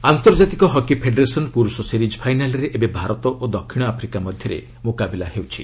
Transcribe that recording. hockey ଆନ୍ତର୍ଜାତିକ hockey federation ପୁରୁଷ series ଫାଇନାଲ୍ରେ ଏବେ ଭାରତ ଓ ଦକ୍ଷିଣ ଆଫ୍ରିକା ମଧ୍ୟରେ ମୁକାବିଲା ହେଉଛି